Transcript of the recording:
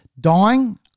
dying